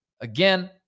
Again